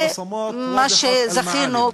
מה שזכינו,